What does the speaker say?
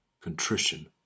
contrition